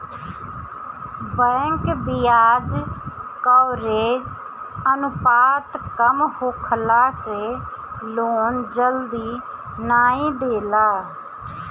bank बियाज coverage अनुपात कम होखला से लोन जल्दी नाइ देला